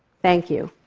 thank you.